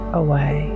away